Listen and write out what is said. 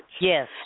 Yes